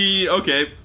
Okay